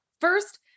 First